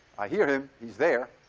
i hear him. he's there.